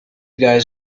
guys